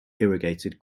irrigated